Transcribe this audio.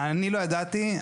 אני לא ידעתי.